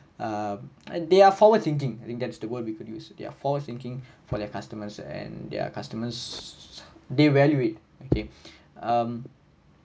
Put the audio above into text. err and they are forward thinking I think that's the word we could use they are forward thinking for their customers and their customers they value it okay um